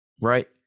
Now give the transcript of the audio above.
right